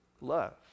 love